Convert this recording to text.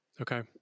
Okay